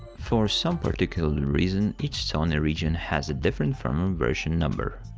for some particular reason, each sony region has a different firmware version number.